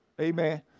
Amen